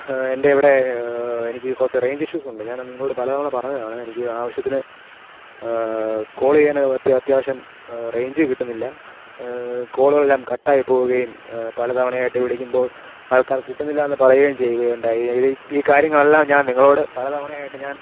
എന്റെയിവിടെ എനിക്ക് കുറച്ച് range issues ഉണ്ട് ഞാനന്ന് നിങ്ങളോട് പലതവണ പറഞ്ഞതാണ് എനിക്ക് ആവശ്യത്തിന് കോൾ ചെയ്യാനോ അത്യ അത്യാവശ്യം റേഞ്ച് കിട്ടുന്നില്ല കോളുകളെല്ലാം കട്ടായി പോവുകയും പലതവണയായിട്ട് വിളിക്കുമ്പോള് ആൾക്കാർ കിട്ടുന്നില്ല എന്ന് പറയുകയും ചെയ്യുകയുണ്ടായി ഇത് ഈ കാര്യങ്ങളെല്ലാം ഞാന് നിങ്ങളോട് പലതവണയായിട്ട് ഞാന്